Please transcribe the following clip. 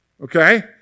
okay